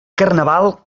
carnaval